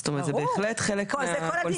זאת אומרת, זה בהחלט חלק מהקונסטלציה.